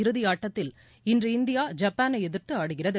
இறுதியாட்டத்தில் இன்று இந்தியா ஜப்பானை எதிர்த்து ஆடுகிறது